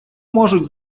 можуть